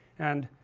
and,